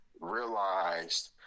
realized